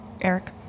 Eric